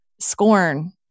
scorn